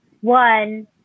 one